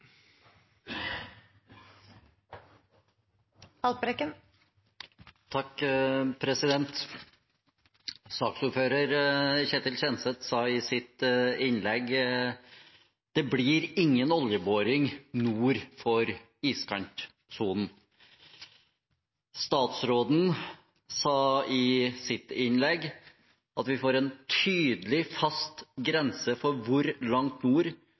Saksordfører Ketil Kjenseth sa i sitt innlegg at det blir ingen oljeboring nord for iskantsonen. Statsråden sa i sitt innlegg at vi får en tydelig og fast grense for hvor langt